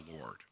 Lord